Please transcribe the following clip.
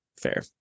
Fair